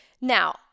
Now